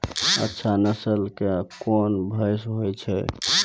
अच्छा नस्ल के कोन भैंस होय छै?